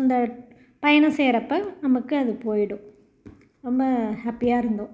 அந்த பயணம் செய்றப்போ நமக்கு அது போயிடும் ரொம்ப ஹாப்பியாக இருந்தோம்